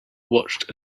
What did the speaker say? watched